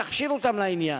תכשירו אותן לעניין.